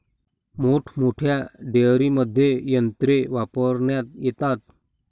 मोठमोठ्या डेअरींमध्ये यंत्रे वापरण्यात येतात